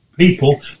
people